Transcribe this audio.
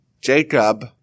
Jacob